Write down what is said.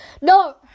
No